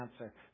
answer